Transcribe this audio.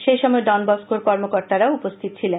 সেই সময় ডনবসকোর কর্মকর্তারাও উপস্থিত ছিলেন